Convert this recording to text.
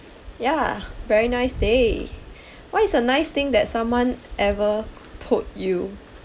ya very nice day what is the nice thing someone ever told you